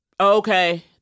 Okay